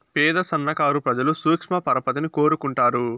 పేద సన్నకారు ప్రజలు సూక్ష్మ పరపతిని కోరుకుంటారు